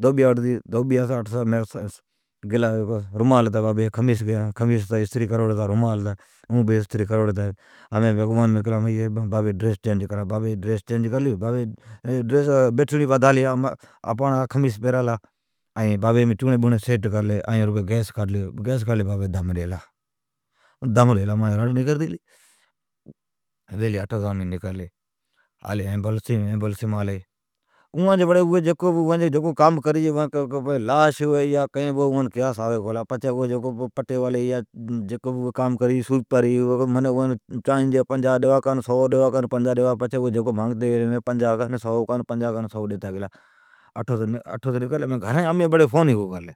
بابی جین رومال نہ خمیس ڈنوڑین ھتین دوھبیان۔ اوڑین وگان رومال استری کر چھوڑلین ھتین مین اچاتی آلا۔ مین اوان کیلی بابی جی ڈریس چینج کرا، بابین بیٹھڑین بدھالی خمیس پیرالی، چوڑین سیٹ کرلی۔ گیس کاڈھلی بابی دم ڈیلا مانجی رڑ نکرتی گلی، پچھی امین آلی ایمبولنسیم۔ پچھی اوان جکین کرڑین ھوی اوی کری، بھلین لاش ھوی جکین ھوی اوان قیاس اوی کونی۔ اوی کو پٹیوالی ھوی کو سوئیپر ھوی، اوان پنجاھ گیڑان سئو گیڑان۔ اٹھو سو نکرلا کان پنجاھ ڈیتا گلا کان سئو ڈیتا گلا۔ ائین امین گھرین بڑی کان فون ئی کونی کرلی،